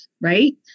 right